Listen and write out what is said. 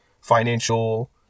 financial